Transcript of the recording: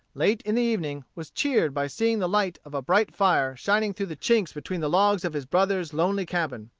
late in the evening was cheered by seeing the light of a bright fire shining through the chinks between the logs of his brother's lonely cabin.